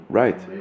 right